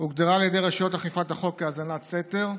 הוגדרה על ידי רשויות אכיפת החוק כהאזנת סתר,